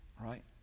right